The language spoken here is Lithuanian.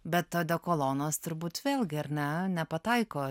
bet odekolonas turbūt vėlgi ar ne nepataiko